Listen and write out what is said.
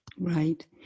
Right